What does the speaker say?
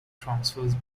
transfers